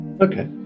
Okay